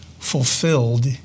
fulfilled